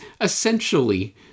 essentially